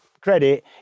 credit